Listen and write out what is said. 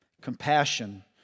Compassion